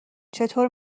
چطور